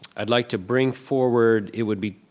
i'd like to bring forward, it would be